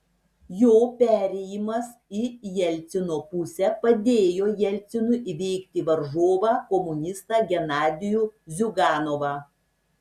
jo perėjimas į jelcino pusę padėjo jelcinui įveikti varžovą komunistą genadijų ziuganovą